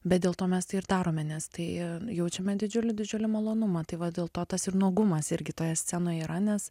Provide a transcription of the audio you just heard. bet dėl to mes tai ir darome nes tai jaučiame didžiulį didžiulį malonumą tai va dėl to tas ir nuogumas irgi toje scenoj yra nes